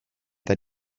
that